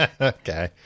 okay